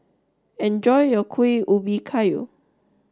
enjoy your Kuih Ubi Kayu